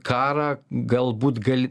karą galbūt gali